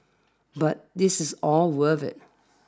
but this is all worth it